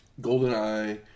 Goldeneye